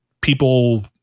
people